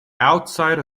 outside